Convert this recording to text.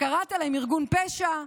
קראת להם ארגון פשע.